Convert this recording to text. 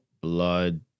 blood